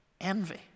envy